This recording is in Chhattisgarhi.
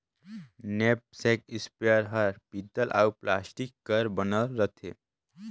नैपसेक इस्पेयर हर पीतल अउ प्लास्टिक कर बनल रथे